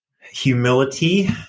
humility